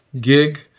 gig